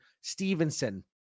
Stevenson